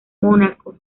mónaco